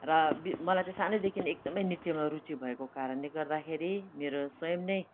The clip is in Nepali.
र मलाई चाहिँ सानैदेखिन् एकदमै नृत्यमा रुचि भएको कारणले गर्दाखेरि मेरो स्वयम् नै